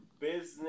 business